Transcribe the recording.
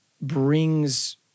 brings